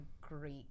great